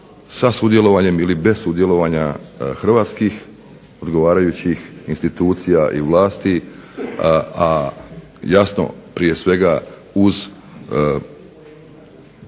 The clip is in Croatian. sa sudjelovanjem ili bez sudjelovanja hrvatskih odgovarajućih institucija i vlasti, a jasno prije svega uz